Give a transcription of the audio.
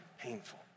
painful